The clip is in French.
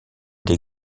des